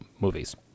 movies